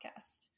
podcast